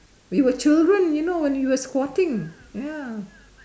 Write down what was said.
we were children you know when we were squatting ya